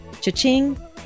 Cha-ching